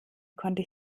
konnte